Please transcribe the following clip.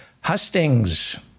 hustings